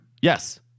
Yes